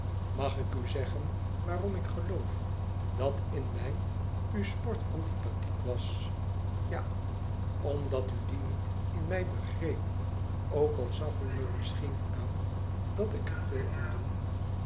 mag ik u zeggen waarom ik geloof dat in mij u sport antipathiek was ja omdat u dien niet in mij begreep ook al zag u me misschien aan dat ik er veel aan doe